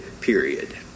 period